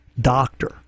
doctor